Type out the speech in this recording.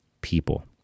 people